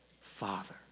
Father